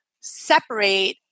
separate